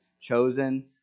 chosen